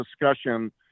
discussion